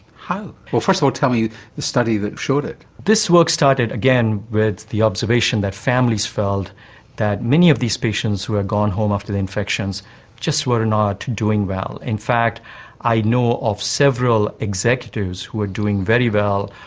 how? well, first of all tell me the study that showed it. this work started, again, with the observation that families felt that many of these patients who had gone home after their infections just were not doing well. in fact i know of several executives who were doing very well,